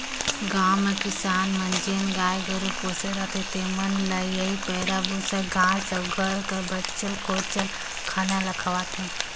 गाँव में किसान मन जेन गाय गरू पोसे रहथें तेमन ल एही पैरा, बूसा, घांस अउ घर कर बांचल खोंचल खाना ल खवाथें